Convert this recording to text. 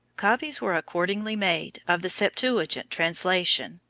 copies were accordingly made of the septuagint translation,